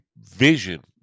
vision